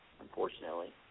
Unfortunately